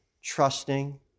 trusting